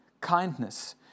kindness